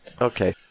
Okay